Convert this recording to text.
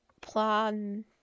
plan